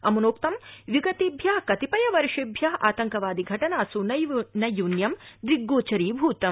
अमुनोक्त विगता ्य कतिपयवर्षेभ्य आतंकवादि घटनास् नैयून्यं दृग्गोचरीभूतम्